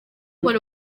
paul